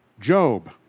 Job